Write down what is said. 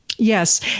Yes